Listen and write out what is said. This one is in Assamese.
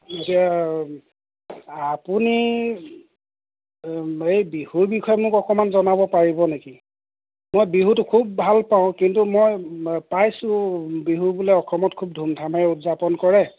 এতিয়া আপুনি এই বিহুৰ বিষয়ে মোক অকণমান জনাব পাৰিব নেকি মই বিহুটো খুব ভাল পাওঁ কিন্তু মই পাইছোঁ বিহু বোলে অসমত খুব ধুমধামেৰে উদযাপন কৰে